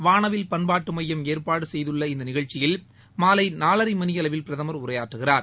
வானவில் பண்பாட்டு மையம் ஏற்பாடு செய்துள்ள இந்த நிகழ்ச்சியில் மாலை நாலரை மணியளவில் பிரதமர் உரையாற்றவுள்ளார்